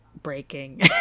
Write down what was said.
breaking